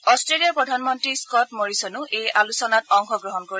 অট্টেলিয়াৰ প্ৰধানমন্ত্ৰী স্থট মৰিছনেও এই আলোচনাত অংশগ্ৰহণ কৰিব